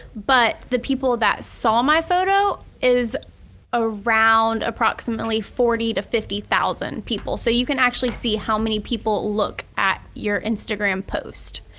but the people that saw my photo is around approximately forty to fifty thousand people. so you can actually see how many people look at your instagram post.